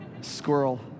Squirrel